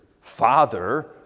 Father